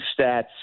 stats